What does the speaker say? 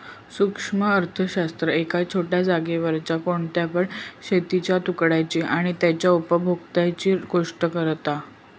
सूक्ष्म अर्थशास्त्र एका छोट्या जागेवरच्या कोणत्या पण शेतीच्या तुकड्याची आणि तेच्या उपभोक्त्यांची गोष्ट करता